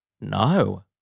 No